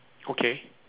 okay